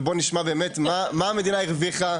אבל בואו נשמע באמת מה המדינה הרוויחה.